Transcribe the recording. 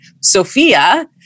Sophia